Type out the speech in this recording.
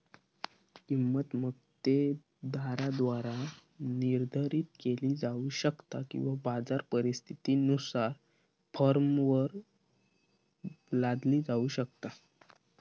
किंमत मक्तेदाराद्वारा निर्धारित केली जाऊ शकता किंवा बाजार परिस्थितीनुसार फर्मवर लादली जाऊ शकता